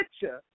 picture